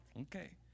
Okay